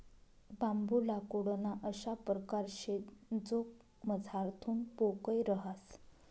बांबू लाकूडना अशा परकार शे जो मझारथून पोकय रहास